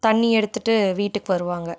தண்ணி எடுத்துகிட்டு வீட்டுக்கு வருவாங்கள்